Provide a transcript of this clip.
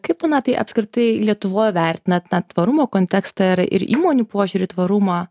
kaip tuomet tai apskritai lietuvoj vertinat na tvarumo kontekstą ir ir įmonių požiūrį į tvarumą